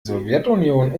sowjetunion